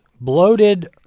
bloated